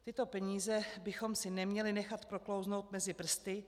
Tyto peníze bychom si neměli nechat proklouznout mezi prsty.